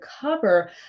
cover